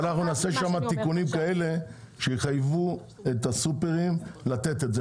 שאנחנו נעשה שם תיקונים שיחייבו את הסופרים לתת את זה.